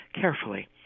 carefully